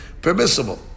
permissible